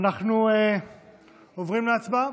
אנחנו עוברים להצבעה.